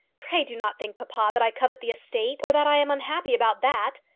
pray do not think, papa, that i covet the estate, or that i am unhappy about that.